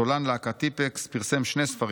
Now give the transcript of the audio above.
סולן להקת טיפקס, פרסם שני ספרים,